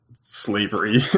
slavery